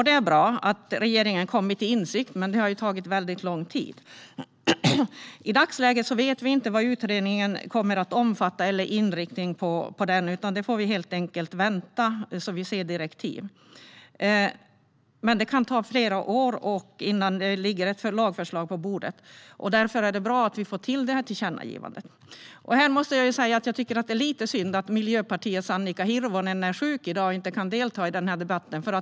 Det är bra att regeringen har kommit till insikt, men det har tagit lång tid. I dagsläget vet vi inte vad utredningen kommer att ha för omfattning eller inriktning, utan vi får vänta tills vi ser direktiv. Det kan ta flera år innan det ligger ett lagförslag på bordet. Därför är det bra att vi får till stånd detta tillkännagivande. Det är lite synd att Miljöpartiets Annika Hirvonen är sjuk i dag och inte kan delta i debatten.